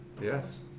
Yes